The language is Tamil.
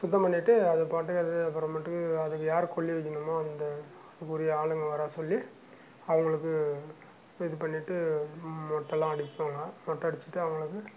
சுத்தம் பண்ணிகிட்டு அது பாட்டுக்கு அது அப்புறமேட்டுக்கு அதுக்கு யாரு கொல்லி வைக்கணுமோ அந்த அதுக்குரிய ஆளுங்கள வர்ற சொல்லி அவங்களுக்கு இது பண்ணிகிட்டு மொட்டைலாம் அடிக்குவங்களா மொட்டை அடிச்சுட்டு அவங்களுக்கு